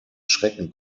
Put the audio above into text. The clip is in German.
schrecken